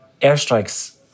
airstrikes